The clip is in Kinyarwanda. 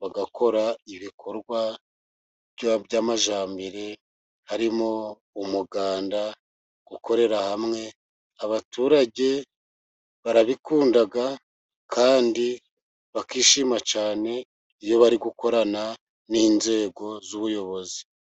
bagakora ibikorwa by'amajyambere, harimo umuganda ,gukorera hamwe abaturage barabikunda ,kandi bakishima cyane iyo bari gukorana n'inzego z'ubuyobozi.